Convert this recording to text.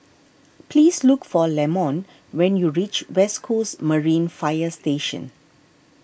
please look for Lamont when you reach West Coast Marine Fire Station